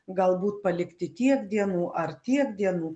galbūt palikti tiek dienų ar tiek dienų